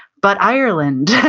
but ireland.